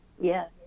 yes